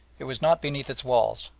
it was not beneath its walls,